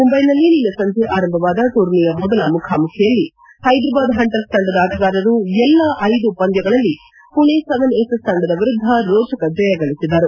ಮುಂಬೈನಲ್ಲಿ ನಿನ್ನೆ ಸಂಜೆ ಆರಂಭವಾದ ಟೂರ್ನಿಯ ಮೊದಲ ಮುಖಾಮುಖಿಯಲ್ಲಿ ಹೈದರಾಬಾದ್ ಹಂಟರ್ಸ್ ತಂಡದ ಆಟಗಾರರು ಎಲ್ಲ ಐದೂ ಪಂದ್ಯಗಳಲ್ಲಿ ಮಣೆ ಏಸಸ್ ತಂಡದ ವಿರುದ್ದ ರೋಚಕ ಜಯ ಗಳಿಸಿದರು